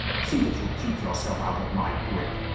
see that you keep yourself out of my grip,